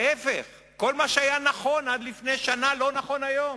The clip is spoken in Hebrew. להיפך, כל מה שהיה נכון עד לפני שנה לא נכון היום.